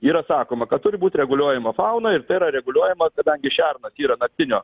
yra sakoma kad turi būt reguliuojama fauna ir tai yra reguliuojama kadangi šernas yra naktinio